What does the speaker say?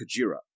Kajira